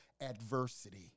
adversity